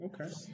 Okay